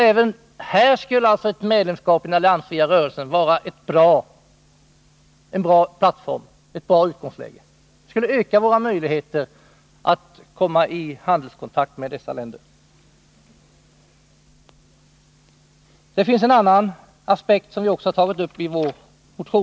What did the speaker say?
Även här skulle ett medlemskap i den alliansfria rörelsen vara en bra plattform och ett bra utgångsläge. Det skulle öka våra möjligheter att komma i handelskontakt med dessa länder. Det finns en annan aspekt, som vi också har tagit upp i vår motion.